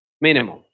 Minimum